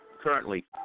currently